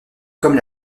comme